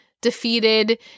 defeated